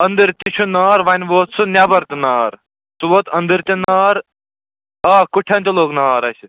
أنٛدٕر تہِ چھُ نار وۅنۍ ووت سُہ نٮ۪بر تہِ نار سُہ ووت أنٛدٕر تہِ نار آ کُٹھٮ۪ن تہِ لوٚگ نار اَسہِ